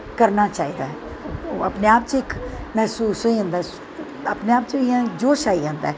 करना चाहिदा ऐ अपनें आप च इक मैह्सूस होई जंदा अपने आप च इ'यां जोश आई जंदा ऐ